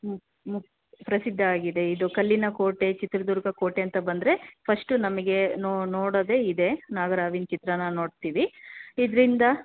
ಮು ಮು ಪ್ರಸಿದ್ದ ಆಗಿದೆ ಇದು ಕಲ್ಲಿನ ಕೋಟೆ ಚಿತ್ರದುರ್ಗ ಕೋಟೆ ಅಂತ ಬಂದರೆ ಫಸ್ಟ್ ನಮಗೆ ನೋಡೋದೇ ಇದೆ ನಾಗರಹಾವಿನ ಚಿತ್ರಾನ ನೋಡ್ತೀವಿ ಇದರಿಂದ